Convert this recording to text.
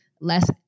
less